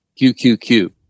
QQQ